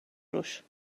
روش